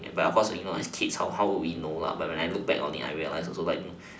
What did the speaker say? but of course you know as kids how how would we know but when I look back on it I realize also like